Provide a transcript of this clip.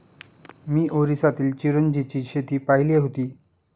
मी ओरिसातील चिरोंजीची शेती पाहिली होती